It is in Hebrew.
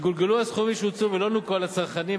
יגולגלו הסכומים שהוצאו ולא נוכו על הצרכנים,